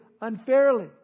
unfairly